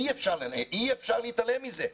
אי אפשר להתעלם מזה.